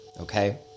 okay